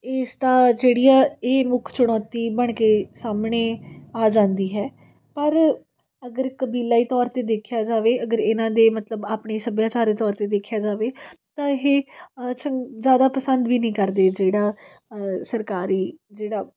ਇਸ ਦਾ ਜਿਹੜੀਆਂ ਇਹ ਮੁੱਖ ਚੁਣੌਤੀ ਬਣ ਕੇ ਸਾਹਮਣੇ ਆ ਜਾਂਦੀ ਹੈ ਪਰ ਅਗਰ ਕਬੀਲਾਈ ਤੌਰ 'ਤੇ ਦੇਖਿਆ ਜਾਵੇ ਅਗਰ ਇਹਨਾਂ ਦੇ ਮਤਲਬ ਆਪਣੇ ਸੱਭਿਆਚਾਰ ਦੇ ਤੌਰ 'ਤੇ ਦੇਖਿਆ ਜਾਵੇ ਤਾਂ ਇਹ 'ਚ ਜ਼ਿਆਦਾ ਪਸੰਦ ਵੀ ਨਹੀਂ ਕਰਦੇ ਜਿਹੜਾ ਸਰਕਾਰੀ ਜਿਹੜਾ